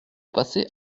passés